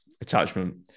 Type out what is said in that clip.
attachment